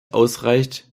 ausreicht